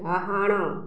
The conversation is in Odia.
ଡାହାଣ